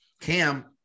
Cam